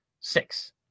Six